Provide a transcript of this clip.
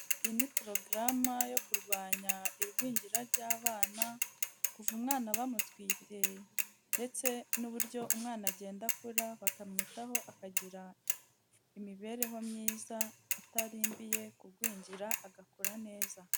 Iyi ni porogaramu yo kurwanya igwingira ry'abana kuva umwana bamutwite ndetse n'uburyo umwana agenda akura bakamwitaho akagira imibereho myiza atarimbiye kugwingira agakora neza.